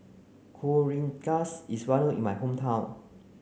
Kuih Rengas is well known in my hometown